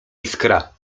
iskra